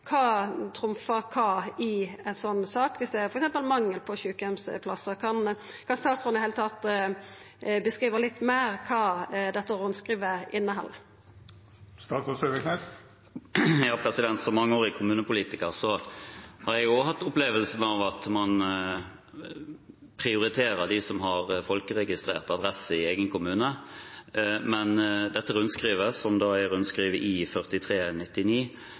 Kva trumfar kva i ei slik sak, om det f.eks. er mangel på sjukeheimsplassar? Kan statsråden i det heile beskriva litt meir kva dette rundskrivet inneheld? Som mangeårig kommunepolitiker har jeg også hatt opplevelsen av at man prioriterer dem som har folkeregistrert adresse i egen kommune. Men dette rundskrivet – rundskriv I-43/99 – understreker at man kan ikke på bakgrunn av det avvise å behandle en persons søknad om omsorgstjenester i